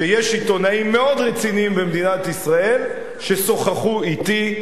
שיש עיתונאים מאוד רציניים במדינת ישראל ששוחחו אתי,